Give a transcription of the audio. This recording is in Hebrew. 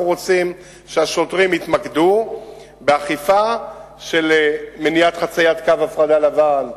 אנחנו רוצים שהשוטרים יתמקדו באכיפה של מניעת חציית קו הפרדה לבן,